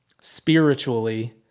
spiritually